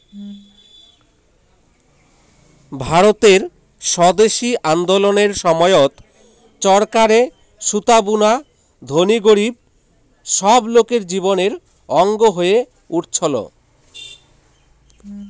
ভারতের স্বদেশি আন্দোলনের সময়ত চরকারে সুতা বুনা ধনী গরীব সব লোকের জীবনের অঙ্গ হয়ে উঠছল